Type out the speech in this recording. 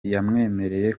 yamwemereye